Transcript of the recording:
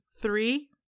three